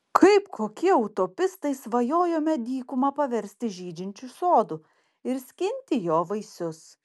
kaip kokie utopistai svajojome dykumą paversti žydinčiu sodu ir skinti jo vaisius